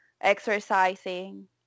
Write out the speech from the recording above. exercising